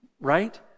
Right